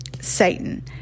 Satan